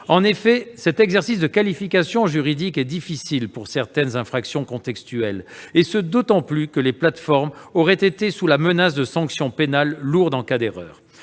En effet, cet exercice de qualification juridique est difficile pour certaines infractions contextuelles, et ce d'autant plus que les plateformes auraient été sous la menace de sanctions pénales lourdes en cas d'erreur.